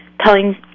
telling